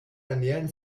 ernähren